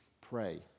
pray